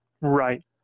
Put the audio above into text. Right